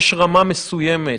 יש רמה מסוימת